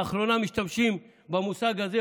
לאחרונה משתמשים במושג הזה,